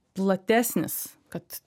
platesnis kad